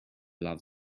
love